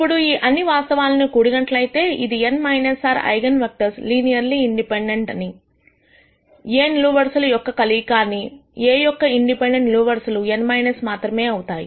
ఇప్పుడు ఈ అన్ని వాస్తవాలను కూడినట్లయితే ఇది n r eigen vectors linearly independent అవి A నిలువు వరుసలు యొక్క కలయిక మరియు A యొక్క ఇండిపెండెంట్ నిలువు వరుసలు n r మాత్రమే అవుతాయి